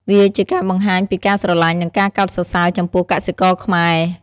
វាជាការបង្ហាញពីការស្រលាញ់និងការកោតសរសើរចំពោះកសិករខ្មែរ។